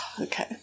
okay